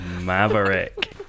Maverick